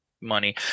money